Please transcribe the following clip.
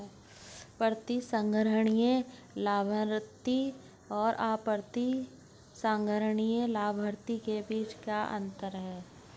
प्रतिसंहरणीय लाभार्थी और अप्रतिसंहरणीय लाभार्थी के बीच क्या अंतर है?